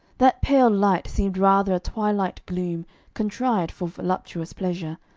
that pale light seemed rather a twilight gloom contrived for voluptuous pleasure,